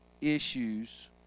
issues